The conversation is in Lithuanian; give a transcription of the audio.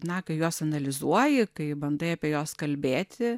na kai juos analizuoji kai bandai apie juos kalbėti